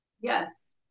yes